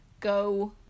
go